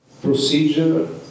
procedure